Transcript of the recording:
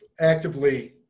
actively